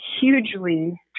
hugely